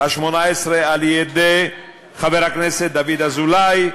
השמונה-עשרה על-ידי חבר הכנסת דוד אזולאי,